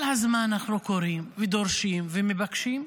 כל הזמן אנחנו קוראים ודורשים ומבקשים,